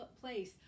place